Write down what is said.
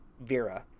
Vera